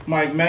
Mike